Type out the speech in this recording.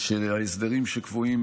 שההסדרים שקבועים